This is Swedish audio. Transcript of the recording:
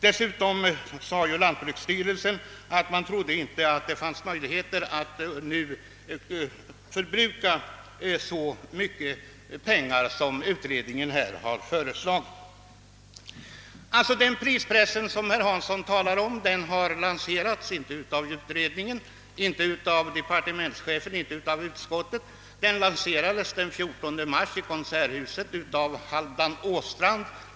Dessutom trodde man inte på lantbruksstyrelsen att det var möjligt att förbruka så mycket pengar som utredningen föreslog. Den prispress som herr Hansson i Skegrie talade om har inte lanserats av utredningen, departementschefen eller utskottet utan av ledamoten av utredningen Halvdan Åstrand.